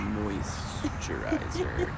moisturizer